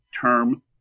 term